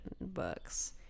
books